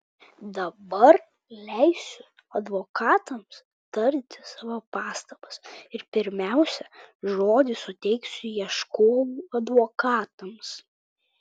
dabar leisiu advokatams tarti savo pastabas ir pirmiausia žodį suteiksiu ieškovų advokatams